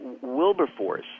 Wilberforce